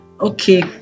okay